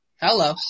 Hello